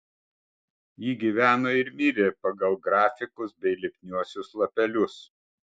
ji gyveno ir mirė pagal grafikus bei lipniuosius lapelius